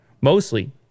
mostly